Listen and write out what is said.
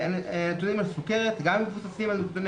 הנתונים על סכרת גם מבוססים על נתוני